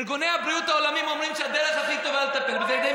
ארגוני הבריאות העולמים אומרים שהדרך הכי טובה זה מיסוי,